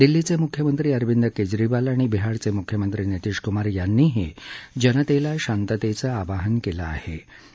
दिल्लीचे मुख्यमंत्री अरविंद केजरीवाल आणि बिहारचे मुख्यमंत्री नितीशक्मार यांनीही जनतेला शांततेचं आवाहन केलं आहें